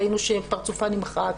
הוא נמחק.